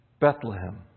Bethlehem